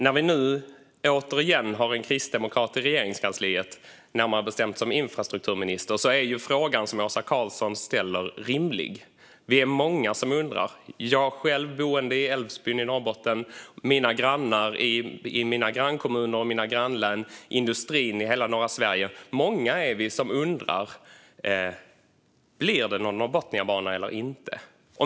När det nu återigen sitter en kristdemokrat i Regeringskansliet, närmare bestämt som infrastrukturminister, är den fråga som Åsa Karlsson ställer rimlig. Det är många som undrar - jag själv som boende i Älvsbyn i Norrbotten, mina grannar i grannkommuner och grannlän, industrin i hela norra Sverige. Många är vi som undrar om det blir någon Norrbotniabana eller inte.